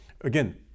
again